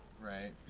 Right